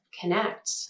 connect